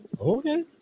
Okay